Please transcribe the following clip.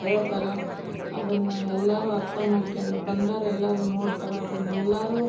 ಹೇಳ್ತಾರೆ ಅದನ್ನು ಎಲ್ಲರೂ ಅರ್ಥ ಮಾಡ್ಕೊಂಡು ಬಂದೋರೆಲ್ಲರೂ ನೋಡ್ತಾರೆ ಅದನ್ನೆಲ್ಲರೂ